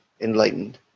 enlightened